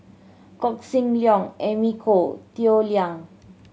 Koh Seng Leong Amy Khor Toh Liying